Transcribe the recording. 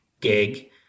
gig